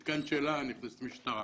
בלתי אפשרי,